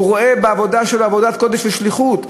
הוא רואה בעבודה שלו עבודת קודש ושליחות.